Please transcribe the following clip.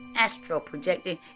Astro-projecting